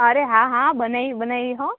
અરે હા હા બનાવી બનાવી હોં